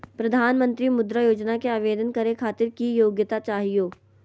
प्रधानमंत्री मुद्रा योजना के आवेदन करै खातिर की योग्यता चाहियो?